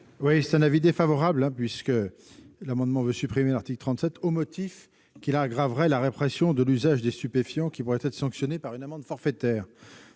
la commission est défavorable. Cet amendement tend à supprimer l'article 37, au motif qu'il aggraverait la répression de l'usage de stupéfiants, qui pourrait être sanctionné par une amende forfaitaire.